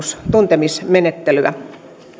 tuntemismenettelyä